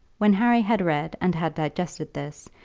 when harry had read and had digested this,